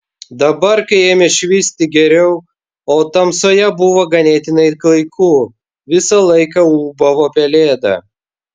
dabar kai ėmė švisti geriau o tamsoje buvo ganėtinai klaiku visą laiką ūbavo pelėda